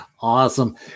Awesome